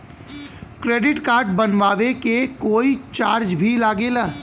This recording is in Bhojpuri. क्रेडिट कार्ड बनवावे के कोई चार्ज भी लागेला?